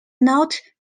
not